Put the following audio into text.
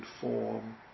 form